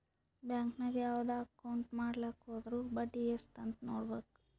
bank ನಾಗ್ ಯಾವ್ದೇ account ಮಾಡ್ಲಾಕ ಹೊದುರ್ ಬಡ್ಡಿ ಎಸ್ಟ್ ಅಂತ್ ನೊಡ್ಬೇಕ